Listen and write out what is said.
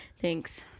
Thanks